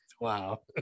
Wow